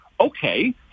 okay